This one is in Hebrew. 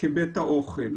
כבית אוכל.